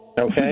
Okay